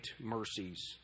mercies